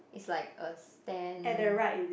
is like a stand